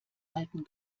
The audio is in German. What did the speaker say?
alten